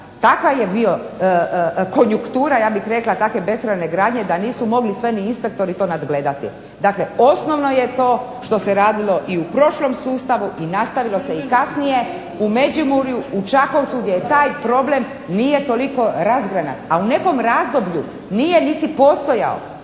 kakva je bila konjunktura ja bih rekla takve besramne gradnje da nisu mogli to sve ni inspektori to nadgledati. Dakle, osnovno je to što se radilo i u prošlom sustavu i nastavilo se i kasnije u Međimurju u Čakovcu gdje je taj problem nije toliko razgranat, a u nekom razdoblju nije niti postojao